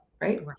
right